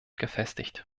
gefestigt